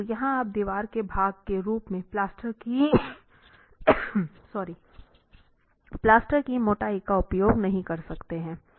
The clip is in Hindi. परंतु यहाँ आप दीवार के भाग के रूप में प्लास्टर की मोटाई का उपयोग नहीं कर सकते हैं